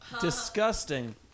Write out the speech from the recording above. Disgusting